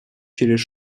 через